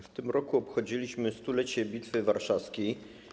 W tym roku obchodziliśmy 100-lecie Bitwy Warszawskiej.